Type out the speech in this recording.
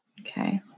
Okay